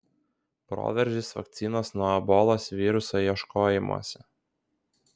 proveržis vakcinos nuo ebolos viruso ieškojimuose